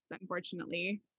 unfortunately